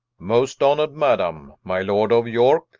most honour'd madam, my lord of yorke,